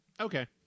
Okay